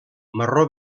marró